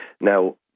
Now